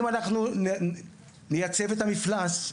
אם אנחנו נייצב את המפלס,